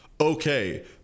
okay